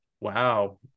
Wow